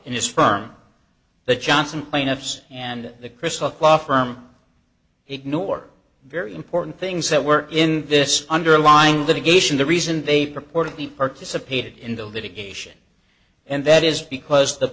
his firm the johnson plaintiffs and the chris uk law firm ignore very important things that were in this underlying litigation the reason they purportedly participated in the litigation and that is because the